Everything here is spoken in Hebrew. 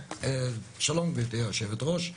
שלום גברתי יושבת הראש.